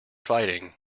fighting